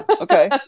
okay